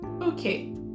Okay